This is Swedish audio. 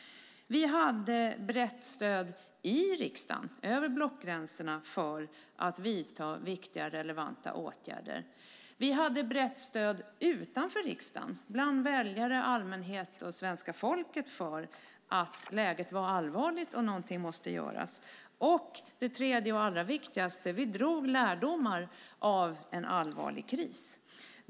Vi hade brett stöd i riksdagen, över blockgränserna, för att vidta viktiga relevanta åtgärder. Vi hade brett stöd utanför riksdagen, bland väljare, allmänhet och svenska folket, för att läget var allvarligt och någonting måste göras. Det tredje och allra viktigaste var att vi drog lärdomar av en allvarlig kris.